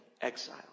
exile